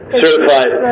certified